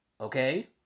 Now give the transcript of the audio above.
Okay